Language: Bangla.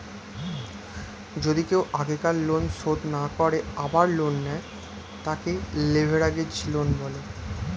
যদি কেও আগেকার লোন শোধ না করে আবার লোন নেয়, তাকে লেভেরাগেজ লোন বলে